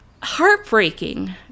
heartbreaking